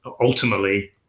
Ultimately